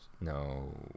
No